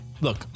look